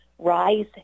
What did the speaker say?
rise